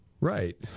Right